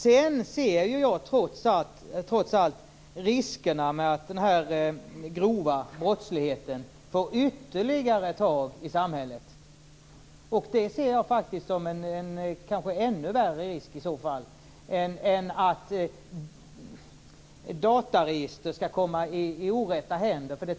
Sedan ser jag trots allt riskerna med att den grova brottsligheten får ytterligare tag i samhället. Det tycker jag i så fall är en ännu värre risk än att ett dataregister skall komma i orätta händer.